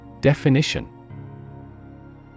Definition